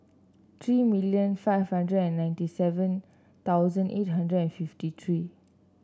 three million five hundred and ninety seven thousand eight hundred and fifty three